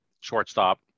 shortstop